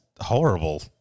horrible